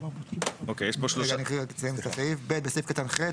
(ב) בסעיף קטן (ח),